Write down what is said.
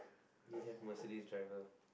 we have Mercedes driver